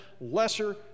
Lesser